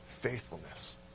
faithfulness